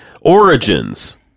Origins